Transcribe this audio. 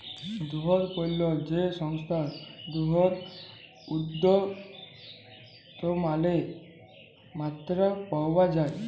দুহুদ পল্য যে সংস্থায় দুহুদ উৎপাদলের মাত্রা পাউয়া যায়